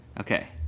Okay